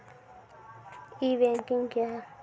ई banking क्या हैं?